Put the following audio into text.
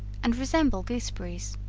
and resemble gooseberries.